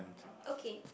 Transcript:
okay